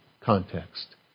context